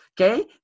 okay